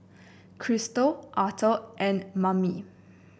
Kristal Arthur and Mame